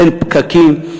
אין פקקים.